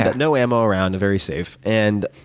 but no ammo around, very safe. and